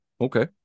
Okay